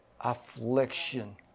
affliction